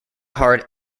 hard